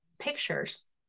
pictures